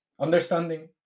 understanding